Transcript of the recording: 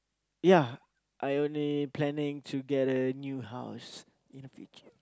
ya I only planning to get a new house in the future